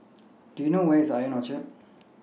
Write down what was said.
Do YOU know Where IS I O N Orchard